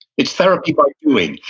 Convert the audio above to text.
it's therapy by doing.